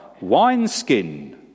wineskin